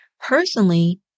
Personally